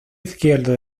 izquierdo